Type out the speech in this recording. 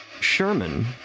Sherman